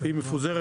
והיא מפוזרת